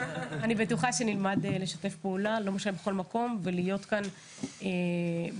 אני בטוחה שנלמד לשתף פעולה בכל מקום ולהיות כאן עבורכם.